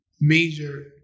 major